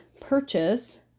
purchase